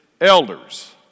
elders